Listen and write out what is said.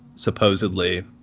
Supposedly